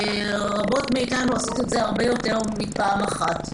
ורבות מאיתנו עושות את זה הרבה יותר מפעם אחת.